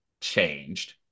changed